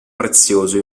prezioso